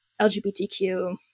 LGBTQ